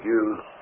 use